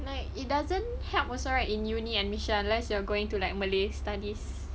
like it doesn't help also right in uni and college unless you are going to like malay studies